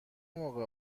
موقع